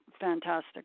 fantastic